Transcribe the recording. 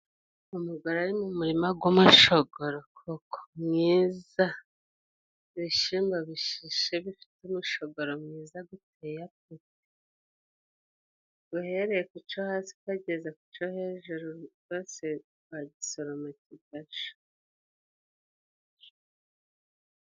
umugore ari mu murima g'umushogoro koko mwiza! Ibishimbo bishishe bifite umushogoro mwiza biteye apeti. Uhereye ku co hasi ukageza ku co hejuru cose wagisoroma kigasha.